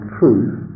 truth